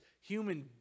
human